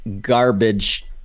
garbage